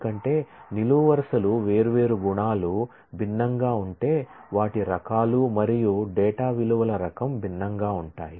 ఎందుకంటే నిలువు వరుసలు వేర్వేరు అట్ట్రిబ్యూట్లు భిన్నంగా ఉంటే వాటి రకాలు మరియు డేటా విలువల రకం భిన్నంగా ఉంటాయి